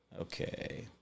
Okay